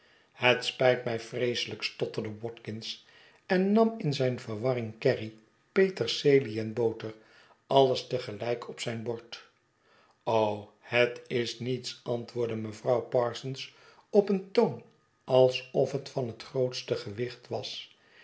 het spyt mij vreeselyk stotterde watkins en nam in zijn verwarring kerry peterselie en boter alles te gelijk op zijn bord het is niets antwoordde mevrouw parsons op een toon alsof het van het grootste gewicht was